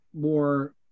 more